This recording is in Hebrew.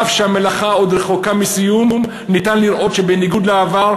אף שהמלאכה עוד רחוקה מסיום אפשר לראות שבניגוד לעבר,